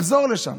לחזור לשם.